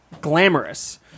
glamorous